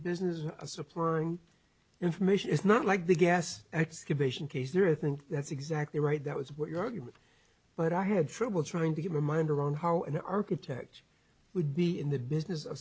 business of supplying information it's not like the gas excavation case there i think that's exactly right that was what your argument but i had trouble trying to get my mind around how an architect would be in the business